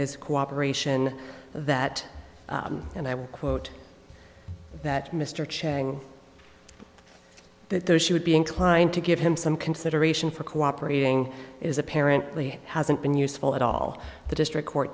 his cooperation that and i will quote that mr chang that there she would be inclined to give him some consideration for cooperating is apparently hasn't been useful at all the district court